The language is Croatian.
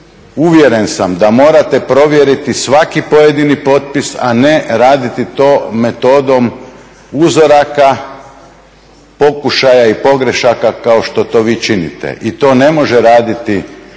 uvjeren sam da morate provjeriti svaki pojedini potpis a ne raditi to metodom uzoraka, pokušaja i pogrešaka kako što to vi činite. I to ne može raditi